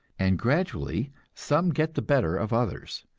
and gradually some get the better of others,